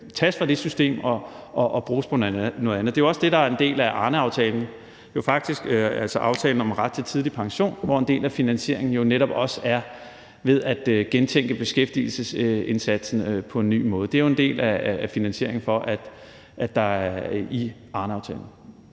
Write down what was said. tages fra det system og bruges på noget andet. Det er jo også det, der er en del af Arneaftalen, altså aftalen om ret til tidlig pension, hvor en del af finansieringen jo netop er at gentænke beskæftigelsesindsatsen – tænke den på en ny måde. Så det er jo en del af finansieringen i Arneaftalen.